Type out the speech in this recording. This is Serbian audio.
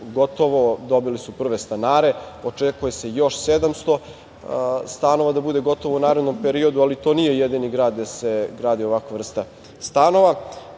gotovo, dobili su prve stanare. Očekuje se još 700 stanova da bude gotovo u narednom periodu. Ali, to nije jedini grad gde se gradi ovakva vrsta stanova. Mi